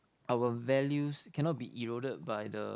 our values cannot be eroded by the